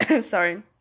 sorry